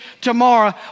tomorrow